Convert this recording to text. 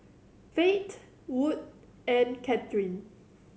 Fate Wood and Katherine